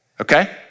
okay